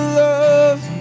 love